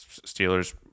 Steelers